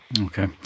Okay